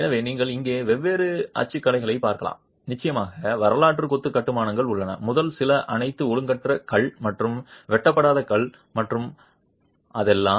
எனவே நீங்கள் இங்கே வெவ்வேறு அச்சுக்கலைகளைப் பார்க்கலாம் நிச்சயமாக வரலாற்று கொத்து கட்டுமானங்கள் உள்ளன முதல் சில அனைத்தும் ஒழுங்கற்ற கல் மற்றும் வெட்டப்படாத கல் மற்றும் அதெல்லாம்